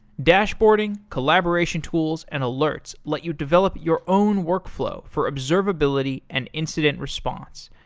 dashboarding, collaboration tools, and alerts let you develop your own workflow for observability and incident response.